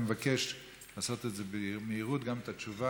אני מבקש לעשות את זה במהירות, גם את התשובה.